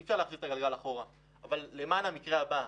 אי אפשר להחזיר את הגלגל לאחור אבל למען המקרה הבא,